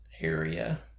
area